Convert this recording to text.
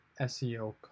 SEO